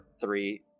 Three